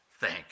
Thank